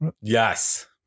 yes